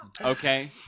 Okay